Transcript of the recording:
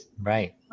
Right